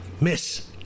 Miss